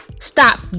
Stop